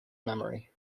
memory